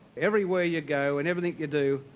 everywhere you go, and everything you do,